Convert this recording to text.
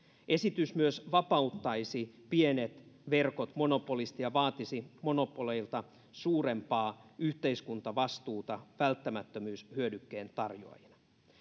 esitys myös vapauttaisi pienet verkot monopolista ja vaatisi monopoleilta suurempaa yhteiskuntavastuuta välttämättömyyshyödykkeen tarjoajina